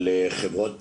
אני שומע על חברות פרטיות